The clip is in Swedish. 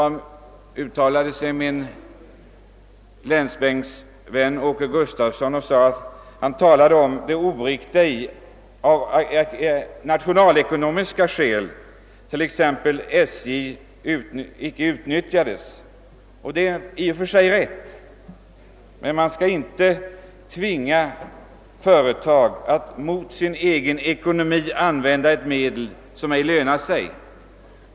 Min länsbänksvän Åke Gustavsson talade om det nationalekonomiskt oriktiga i att t.ex. icke utnyttja SJ, och det är i och för sig rätt. Men man skall inte tvinga företag att mot sitt eget intresse använda ett medel som är oekonomiskt.